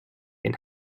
and